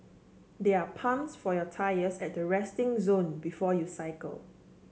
there are pumps for your tyres at the resting zone before you cycle